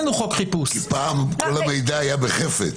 בנוגע למרחב הפיזי מול המרחב הקיברנטי.